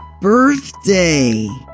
birthday